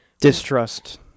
distrust